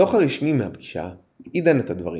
הדו"ח הרשמי מהפגישה עידן את הדברים.